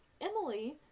Emily